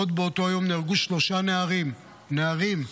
עוד באותו יום נהרגו שלושה נערים, נערים,